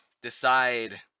decide